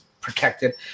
protected